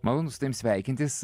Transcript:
malonu su tavim sveikintis